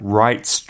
rights